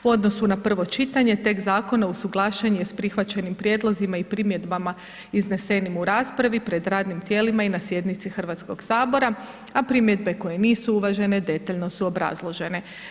U odnosu na prvo čitanje, tekst zakona usuglašen je sa prihvaćenim prijedlozima i primjedbama iznesenim u raspravi pred radnim tijelima i na sjednici Hrvatskoga sabora a primjedbe koje nisu uvažene detaljno su obrazložene.